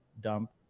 dump